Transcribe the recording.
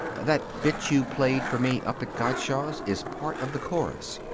that bit you played for me up at gottschalk's is part of the chorus.